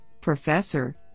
professor